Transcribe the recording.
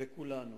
ואת כולנו.